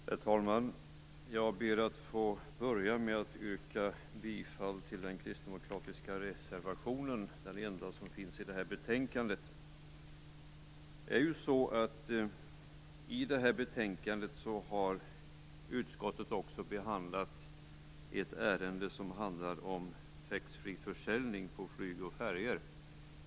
Herr talman! Jag ber att få börja med att yrka bifall till den kristdemokratiska reservationen - den enda reservationen till betänkandet. I betänkandet har utskottet behandlat ett ärende som handlar om taxfreeförsäljning på flyg och färjor.